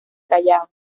callao